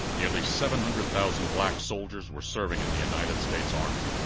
nearly seven-hundred thousand black soldier were serving in the united states army.